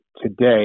today